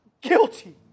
guilty